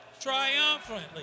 triumphantly